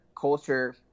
culture